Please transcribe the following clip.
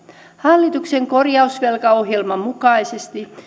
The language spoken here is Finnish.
hallituksen korjausvelkaohjelman mukaisesti